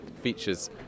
features